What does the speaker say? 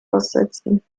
aussetzen